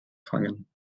fangen